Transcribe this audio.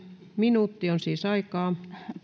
minuutti on siis aikaa